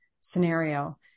scenario